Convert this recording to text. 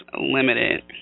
limited